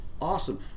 Awesome